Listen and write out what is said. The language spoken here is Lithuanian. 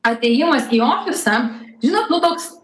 atėjimas į ofisą žinot nu toks